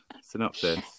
synopsis